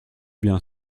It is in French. bien